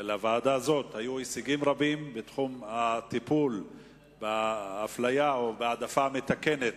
ולוועדה זו היו הישגים רבים בתחום הטיפול באפליה או בהעדפה המתקנת